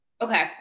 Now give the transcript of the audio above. okay